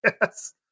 yes